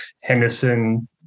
Henderson